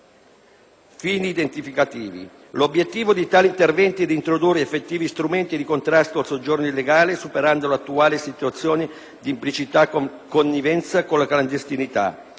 fini identificativi. L'obiettivo di tali interventi è di introdurre effettivi strumenti di contrasto al soggiorno illegale, superando l'attuale situazione di implicita connivenza con la clandestinità,